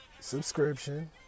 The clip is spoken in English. subscription